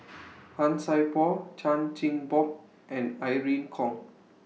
Han Sai Por Chan Chin Bock and Irene Khong